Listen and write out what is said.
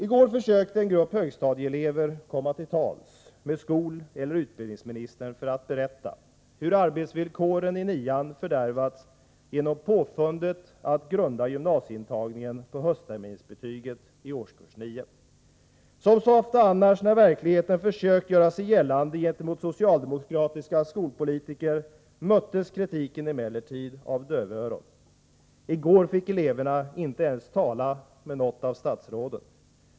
I går försökte en grupp högstadieelever komma till tals med skoleller utbildningsministern för att berätta hur arbetsvillkoren i nian fördärvats genom påfundet att grunda gymnasieintagningen på höstterminsbetyget i årskurs 9. Som så ofta annars när verkligheten försökt göra sig gällande gentemot socialdemokratiska skolpolitiker möttes kritiken emellertid av dövöron. I går fick eleverna inte ens tala med något av statsråden.